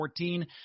2014